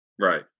Right